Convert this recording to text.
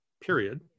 period